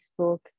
Facebook